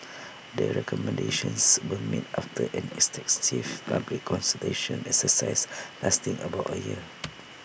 the recommendations were made after an extensive public consultation exercise lasting about A year